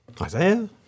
Isaiah